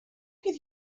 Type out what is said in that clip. could